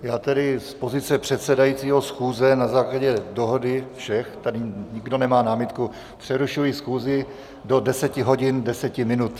Já tedy z pozice předsedajícího schůze na základě dohody všech, tady nikdo nemá námitku, přerušuji schůzi do 10 hodin 10 minut.